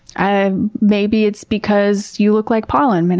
ah maybe it's because you look like pollen, and